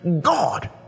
god